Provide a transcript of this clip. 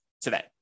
today